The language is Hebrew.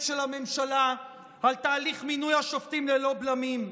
של הממשלה על תהליך מינוי השופטים ללא בלמים,